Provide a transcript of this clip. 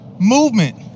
movement